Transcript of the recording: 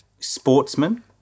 Sportsman